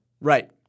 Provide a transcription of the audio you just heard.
Right